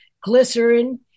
Glycerin